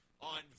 on